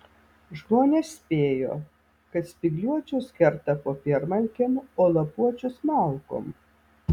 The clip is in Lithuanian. žmonės spėjo kad spygliuočius kerta popiermalkėm o lapuočius malkom